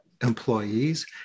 employees